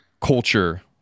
culture